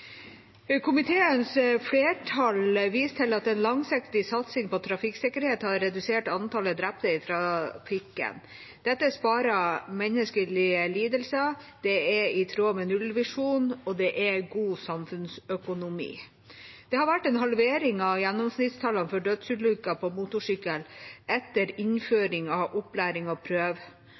Komiteens flertall viser til at en langsiktig satsing på trafikksikkerhet har redusert antall drepte i trafikken. Dette sparer menneskelige lidelser, det er i tråd med nullvisjonen, og det er god samfunnsøkonomi. Det har vært en halvering av gjennomsnittstallene for dødsulykker på motorsykkel etter innføring av opplæring og